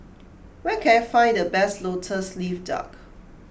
where can I find the best Lotus Leaf Duck